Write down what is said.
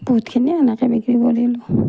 বহুতখিনিয়ে এনেকৈ বিক্ৰী কৰিলোঁ